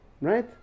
right